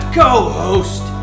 co-host